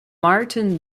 martin